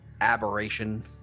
aberration